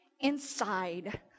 inside